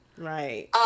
Right